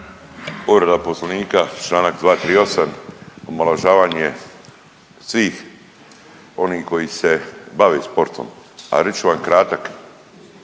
Povreda poslovnika čl. 238., omalovažavanje svih onih koji se bave sportom, a reći ću vam kratak